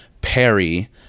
Perry